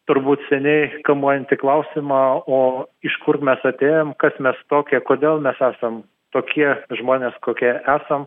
turbūt seniai kamuojantį klausimą o iš kur mes atėjom kas mes tokie kodėl mes esam tokie žmonės kokie esam